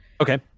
Okay